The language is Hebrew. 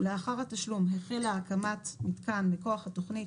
ולאחר התשלום החלה הקמת מיתקן מכוח התוכנית,